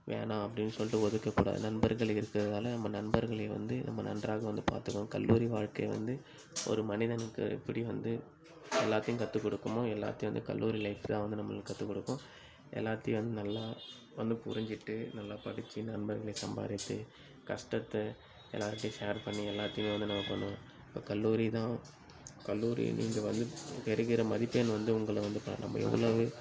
வேணா அப்படின்னு சொல்லிட்டு ஒதுக்கக்கூடாது நண்பர்கள் இருக்கறதால் நம்ப நண்பர்களை வந்து நம்ப நன்றாக வந்து பார்த்துக்கணும் கல்லூரி வாழ்க்கை வந்து ஒரு மனிதனுக்கு எப்படி வந்து எல்லாத்தையும் கற்றுக் கொடுக்குமோ எல்லாத்தையும் வந்து கல்லூரி லைஃப் தான் வந்து நம்மளுக்கு கற்றுக் கொடுக்கும் எல்லாத்தையும் வந்து நல்லா வந்து புரிஞ்சிட்டு நல்லா படிச்சு நண்பர்களை சம்பாதித்து கஷ்டத்தை எல்லாருக்கிட்டையும் ஷேர் பண்ணி எல்லாத்தையுமே வந்து நம்ம பண்ணுவோம் இப்போ கல்லூரி தான் கல்லூரி நீங்கள் வந்து பெறுகிற மதிப்பெண் வந்து உங்களை வந்து ப நம்ப எவ்வளோவு